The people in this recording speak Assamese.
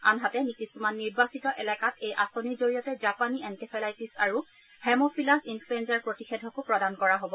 আনহাতে কিছুমান নিৰ্বাচিত এলেকাত এই আঁচনিৰ জৰিয়তে জাপানী এনকেফেলাইটিছ আৰু হেমফিলাছ ইনফ্ৰৰেঞ্জাৰ প্ৰতিষেধকো প্ৰদান কৰা হ'ব